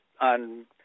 on